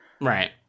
Right